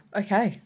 okay